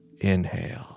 inhale